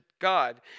God